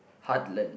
heartland